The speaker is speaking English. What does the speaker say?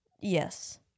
Yes